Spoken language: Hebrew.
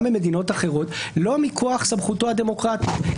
במדינות אחרות לא מכוח סמכותו הדמוקרטית,